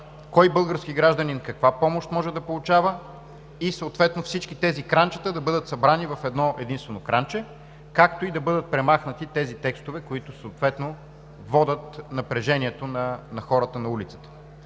кой български гражданин каква помощ може да получава, и съответно всички тези кранчета да бъдат събрани в едно-единствено кранче, както и да бъдат премахнати тези текстове, които съответно водят до напрежението на хората на улицата.